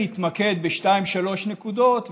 אני אתמקד בשתיים-שלוש נקודות,